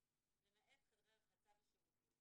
למעט חדרי רחצה ושירותים.